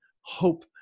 hope